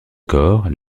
corps